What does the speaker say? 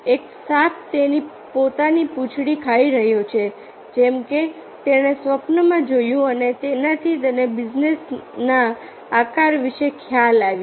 એક સાપ તેની પોતાની પૂંછડી ખાઈ રહ્યો છે જેમ કે તેણે સ્વપ્નમાં જોયું અને તેનાથી તેને બેન્ઝીનના આકાર વિશે ખ્યાલ આવ્યો